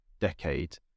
decade